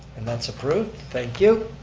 and that's approved, thank you.